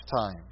time